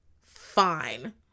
fine